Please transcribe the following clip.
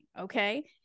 okay